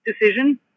decision